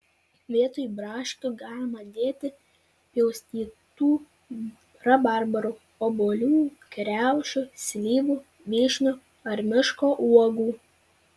vietoj braškių galima dėti pjaustytų rabarbarų obuolių kriaušių slyvų vyšnių ar miško uogų